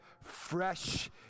fresh